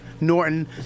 Norton